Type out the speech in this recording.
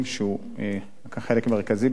שהוא לקח חלק מרכזי בזה,